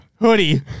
hoodie